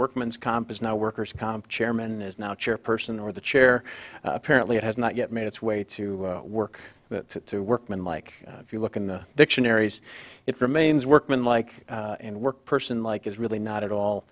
workman's comp is now workers comp chairman is now chair person or the chair apparently has not yet made its way to work the workman like if you look in the dictionaries it remains workman like and work person like is really not at all